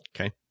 Okay